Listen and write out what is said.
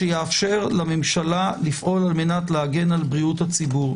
שיאפשר לממשלה לפעול על-מנת להגן על בריאות הציבור.